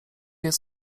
jest